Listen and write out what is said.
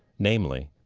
namely,